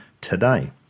today